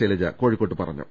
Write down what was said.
ശൈ ലജ കോഴിക്കോട്ട് പറഞ്ഞു